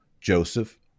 Joseph